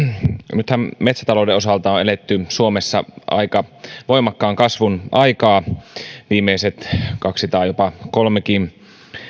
nythän metsätalouden osalta on eletty suomessa aika voimakkaan kasvun aikaa viimeiset kaksi tai jopa kolmekin